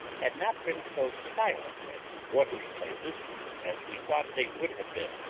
had not been so silent at the watering-places as we thought they would have been.